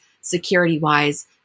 security-wise